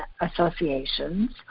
associations